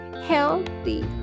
healthy